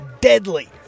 deadly